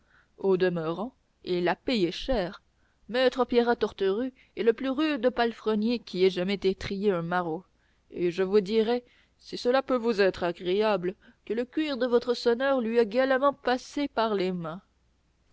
au demeurant il l'a payé cher maître pierrat torterue est le plus rude palefrenier qui ait jamais étrillé un maraud et je vous dirai si cela peut vous être agréable que le cuir de votre sonneur lui a galamment passé par les mains